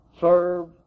Serve